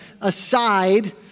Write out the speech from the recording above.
aside